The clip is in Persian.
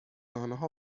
آنها